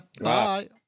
Bye